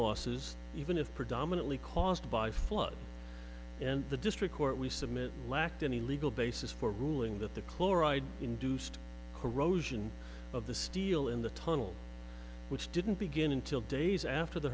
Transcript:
losses even if predominantly caused by flood and the district court we submit lacked any legal basis for ruling that the chloride induced corrosion of the steel in the tunnel which didn't begin until days after the